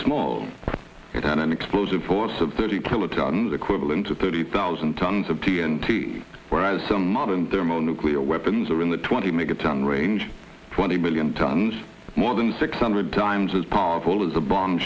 an explosive force of thirty killer tons equivalent to thirty thousand tons of t n t whereas some modern thermonuclear weapons are in the twenty make a ton range twenty million tons more than six hundred times as powerful as a bomb